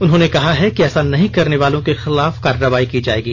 उन्होंने कहा है कि ऐसा नहीं करने वालों के खिलाफ कार्रवाई की जायेगी